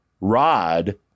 Rod